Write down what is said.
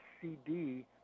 cd